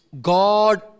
God